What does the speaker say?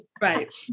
Right